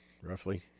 roughly